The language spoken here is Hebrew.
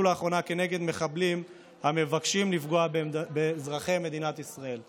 לאחרונה כנגד מחבלים המבקשים לפגוע באזרחי מדינת ישראל.